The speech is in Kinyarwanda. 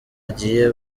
agiye